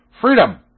Freedom